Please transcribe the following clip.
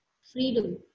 Freedom